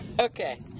okay